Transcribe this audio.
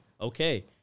okay